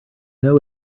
know